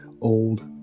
Old